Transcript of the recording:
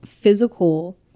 physical